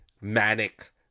manic